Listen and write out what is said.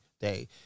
day